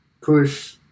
push